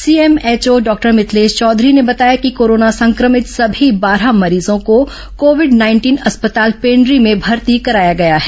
CMHO doctor Mithlesh Chaudhary ने बताया कि कोरोना संक्रभित सभी बारह मरीजों को कोविड नाइंटीन अस्पताल पेण्ड्री में भर्ती कराया गया है